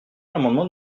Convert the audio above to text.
l’amendement